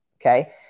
okay